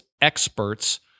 experts